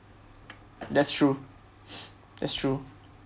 that's true that's true